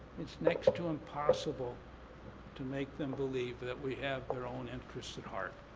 it's next to impossible to make them believe but that we have their own interests at heart.